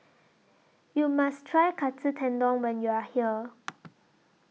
YOU must Try Katsu Tendon when YOU Are here